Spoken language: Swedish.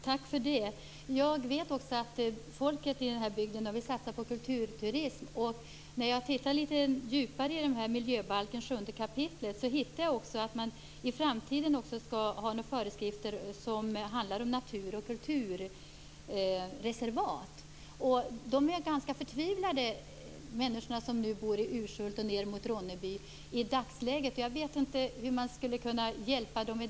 Herr talman! Tack för det. Jag vet att folket i nämnda bygd vill satsa på kulturturism. När jag tittar närmare i 7 kap. miljöbalken ser jag att man i framtiden skall ha föreskrifter som handlar om natur och kulturreservat. De som bor i Urshult och i området ned mot Ronneby är ganska förtvivlade i dagsläget. Jag vet inte hur man i nuvarande läge kan hjälpa dem.